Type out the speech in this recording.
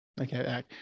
okay